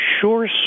sure